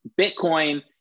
Bitcoin